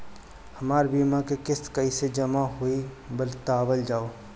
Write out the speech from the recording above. हमर बीमा के किस्त कइसे जमा होई बतावल जाओ?